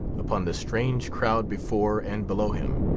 upon the strange crowd before and below him,